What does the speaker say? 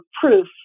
proof